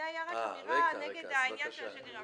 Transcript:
זה היה רק אמירה נגד העניין של השגרירה.